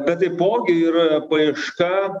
bet taipogi ir paieška